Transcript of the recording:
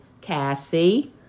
Cassie